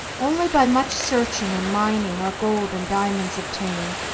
only by much searching and mining, are gold and diamonds obtained,